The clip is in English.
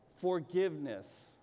Forgiveness